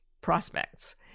prospects